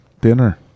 dinner